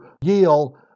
yield